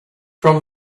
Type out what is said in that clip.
from